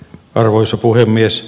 arvoisa puhemies